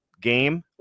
game